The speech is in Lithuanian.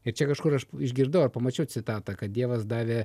ir čia kažkur aš išgirdau ar pamačiau citatą kad dievas davė